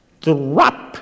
drop